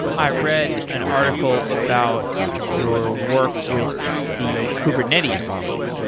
i read an article about your work with the kubernetes team.